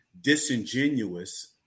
disingenuous